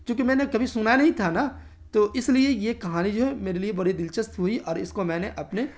چونکہ میں نے کبھی سنا نہیں تھا نا تو اس لیے یہ کہانی جو ہے میرے لیے بڑی دلچسپ ہوئی اور اس کو میں نے اپنے